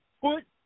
put